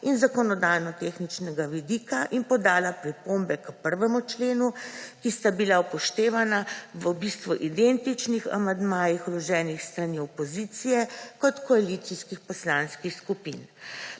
in zakonodajno tehničnega vidika in podala pripombe k 1. členu, ki sta bila upoštevana v v bistvu identičnih amandmajih, vloženih s strani opozicije in koalicijskih poslanskih skupin.